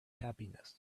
happiness